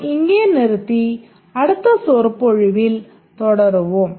நாம் இங்கே நிறுத்தி அடுத்த சொற்பொழிவில் தொடருவோம்